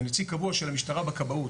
ונציג קבוע של המשטרה בכבאות,